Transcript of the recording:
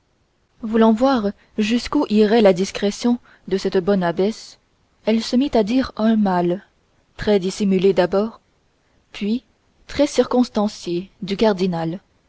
voulant voir jusqu'où irait la discrétion de cette bonne abbesse elle se mit à dire un mal très dissimulé d'abord puis très circonstancié du cardinal